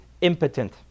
impotent